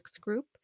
Group